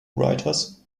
writers